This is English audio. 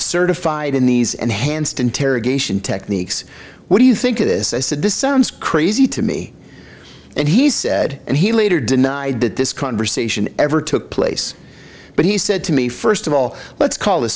certified in these and hands to interrogation techniques what do you think it is i said this sounds crazy to me and he said and he later denied that this conversation ever took place but he said to me first of all let's call